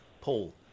Paul